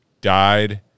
died